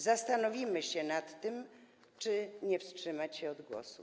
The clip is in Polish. Zastanowimy się nad tym, czy nie wstrzymać się od głosu.